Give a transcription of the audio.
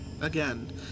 Again